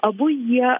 abu jie